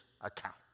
account